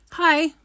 Hi